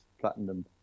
Platinum